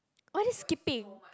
ah that's skipping